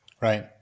right